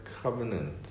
covenant